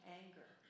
anger